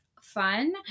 fun